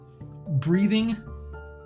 breathing